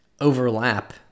overlap